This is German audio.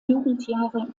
jugendjahre